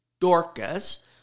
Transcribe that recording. Dorcas